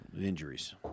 injuries